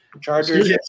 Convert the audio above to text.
Chargers